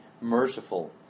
merciful